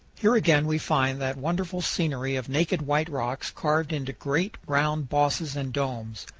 here again we find that wonderful scenery of naked white rocks carved into great round bosses and domes.